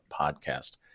podcast